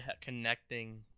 connecting